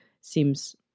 seems